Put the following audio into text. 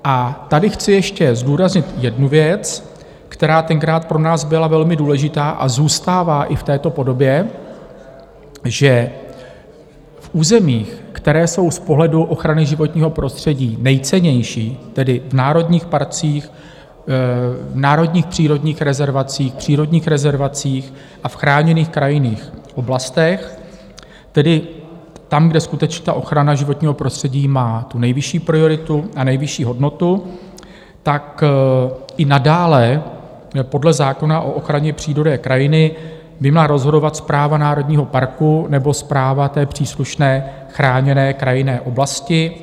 A tady chci ještě zdůraznit jednu věc, která tenkrát pro nás byla velmi důležitá a zůstává i v této podobě, že v územích, která jsou z pohledu ochrany životního prostředí nejcennější, tedy v národních parcích, v národních přírodních rezervacích, přírodních rezervacích a v chráněných krajinných oblastech, tedy tam, kde skutečně ochrana životního prostředí má nejvyšší prioritu a nejvyšší hodnotu, i nadále podle zákona o ochraně přírody a krajiny by měla rozhodovat správa národního parku nebo správa příslušné chráněné krajinné oblasti.